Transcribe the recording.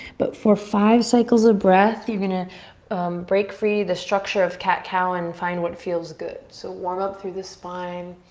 but for five cycles of breath, you're gonna break free the structure of cat-cow and find what feels good. so warm up through the spine.